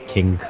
King